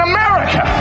America